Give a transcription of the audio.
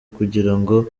kugirango